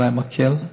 אולי מקל.